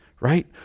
right